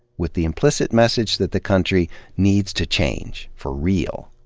with the implicit message that the country needs to change for real,